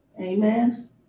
Amen